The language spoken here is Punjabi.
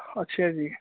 ਅੱਛਾ ਜੀ